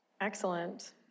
Excellent